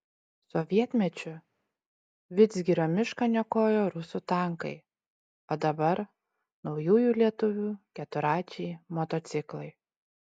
sovietmečiu vidzgirio mišką niokojo rusų tankai o dabar naujųjų lietuvių keturračiai motociklai